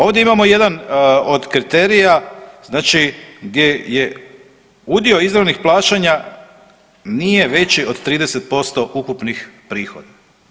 Ovdje imamo jedan od kriterija znači gdje je udio izravnih plaćanja nije veći od 30% ukupnih prihoda.